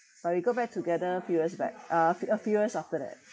but we got back together few years back uh few a few years after that